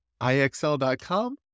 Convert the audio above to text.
IXL.com